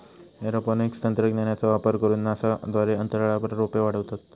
aeroponics तंत्रज्ञानाचो वापर करून नासा द्वारे अंतराळात रोपे वाढवतत